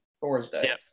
Thursday